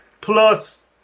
Plus